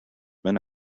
been